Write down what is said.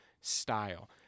style